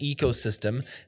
ecosystem